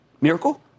Miracle